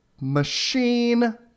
machine